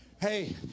Hey